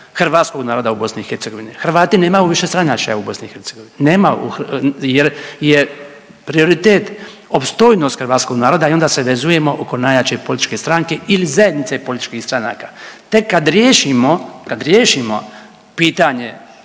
hrvatskog naroda u BiH, Hrvati nemaju višestranačja u BiH, nema jer je prioritet opstojnost hrvatskog naroda i onda se vezujemo oko najjače političke stranke ili zajednice političkih stranaka. Tek kad riješimo, kad riješimo pitanje